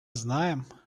знаем